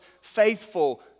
faithful